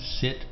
sit